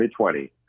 2020